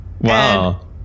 Wow